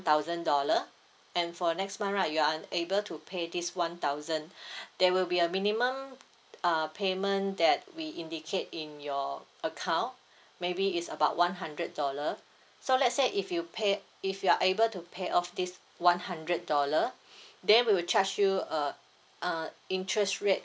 thousand dollar and for next month right you aren't able to pay this one thousand there will be a minimum uh payment that we indicate in your account maybe is about one hundred dollar so let's say if you pay if you are able to pay off this one hundred dollar then we will charge you uh uh interest rate